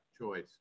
choice